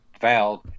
fouled